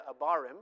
Abarim